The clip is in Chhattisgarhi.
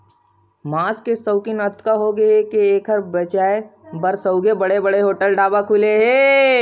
मांस के सउकिन अतेक होगे हे के एखर बेचाए बर सउघे बड़ बड़ होटल, ढाबा खुले हे